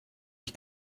ich